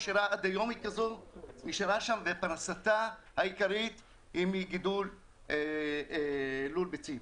נשארה שם ופרנסתה העיקרית היא מגידול לול ביצים.